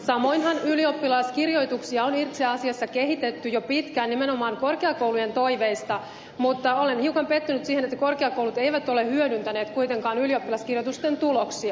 samoinhan ylioppilaskirjoituksia on itse asiassa kehitetty jo pitkään nimenomaan korkeakoulujen toiveista mutta olen hiukan pettynyt siihen että korkeakoulut eivät ole hyödyntäneet kuitenkaan ylioppilaskirjoitusten tuloksia